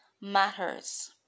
matters